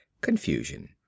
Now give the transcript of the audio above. Confusion